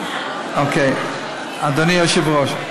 אדוני היושב-ראש,